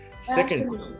Second